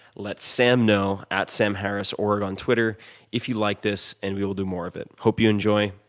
let sam know at samharrisorg on twitter if you like this and we will do more of it. hope you enjoy.